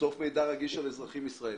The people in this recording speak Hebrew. רגיש של אזרחים ישראלים.